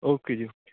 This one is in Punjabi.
okay ji okay